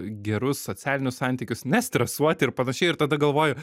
gerus socialinius santykius nestresuoti ir panašiai ir tada galvoju